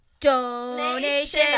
donation